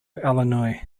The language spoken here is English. illinois